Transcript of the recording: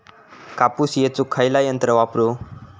कापूस येचुक खयला यंत्र वापरू?